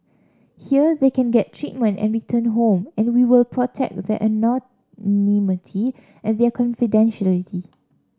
here they can get treatment and return home and we will protect their anonymity and their confidentiality